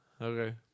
Okay